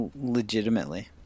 Legitimately